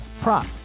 prop